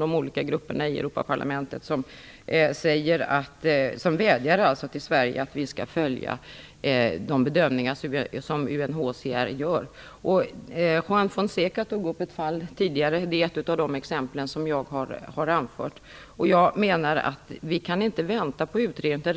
de olika grupperna i Europaparlamentet - att man vädjar att Sverige skall följa de bedömningar som UNHCR gör. Juan Fonseca tog upp ett fall tidigare. Det är ett av de exempel jag har anfört. Jag menar att vi inte kan vänta på utredningar.